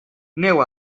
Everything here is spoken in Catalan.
neu